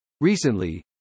Recently